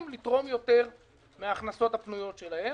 לתרום יותר מן ההכנסות הפנויות שלהם.